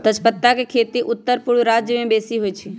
तजपत्ता के खेती उत्तरपूर्व राज्यमें बेशी होइ छइ